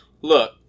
Look